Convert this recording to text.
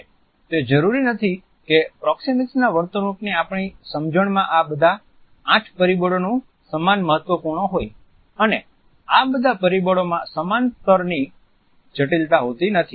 તે જરૂરી નથી કે પ્રોક્સિમીક્સના વર્તણૂકની આપણી સમજણમાં આ બધા આઠ પરિબળોનું સમાન મહત્વપૂર્ણ હોય અને આ બધા પરીબળો માં સમાન સ્તરની જટિલતા હોતી નથી